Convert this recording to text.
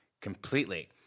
completely –